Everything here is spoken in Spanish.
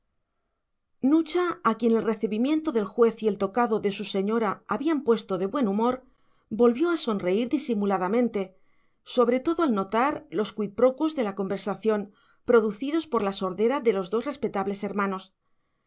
nucha a quien el recibimiento del juez y el tocado de su señora habían puesto de buen humor volvió a sonreír disimuladamente sobre todo al notar los quidproquos de la conversación producidos por la sordera de los dos respetables hermanos no